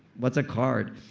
what's a card?